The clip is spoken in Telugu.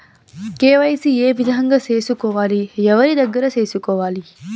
కె.వై.సి ఏ విధంగా సేసుకోవాలి? ఎవరి దగ్గర సేసుకోవాలి?